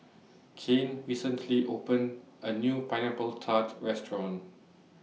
Cain recently opened A New Pineapple Tart Restaurant